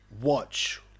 watch